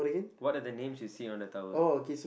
what are the names you see on the towel